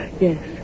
Yes